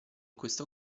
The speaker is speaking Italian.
questo